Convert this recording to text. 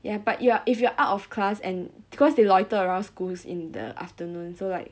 ya but you are if you are out of class and because they loiter around schools in the afternoon so like